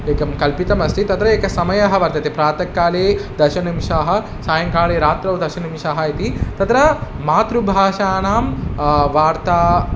एकं कल्पितम् अस्ति तत्र एकः समयः वर्तते प्रातः काले दशनिमिषाः सायङ्काले रात्रौ दशनिमिषाः इति तत्र मातृभाषाणां वार्ता